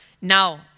Now